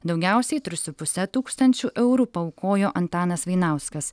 daugiausiai tris su puse tūkstančių eurų paaukojo antanas vainauskas